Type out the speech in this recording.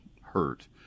hurt